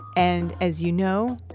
and, as you know,